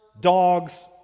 dogs